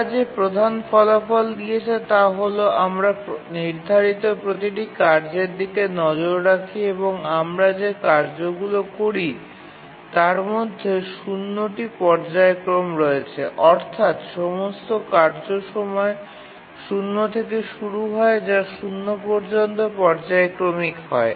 তারা যে প্রধান ফলাফল দিয়েছে তা হল আমরা নির্ধারিত প্রতিটি কার্যের দিকে নজর রাখি এবং আমরা যে কার্যগুলি করি তার মধ্যে ০ টি পর্যায়ক্রমে রয়েছে অর্থাত্ সমস্ত কার্য সময় ০ থেকে শুরু হয় যা ০ পর্যন্ত পর্যায়ক্রমিক হয়